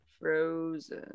Frozen